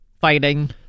fighting